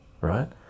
right